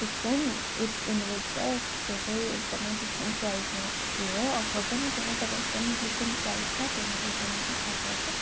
fiction it ends with us जो चाहिँ एकदम डिसेन्ट प्राइसमा थियो हो अफर पनि थिएन तर एकदम डिसेन्ट प्राइसमा त्यही माथि इन्टर्नेसनल अथरको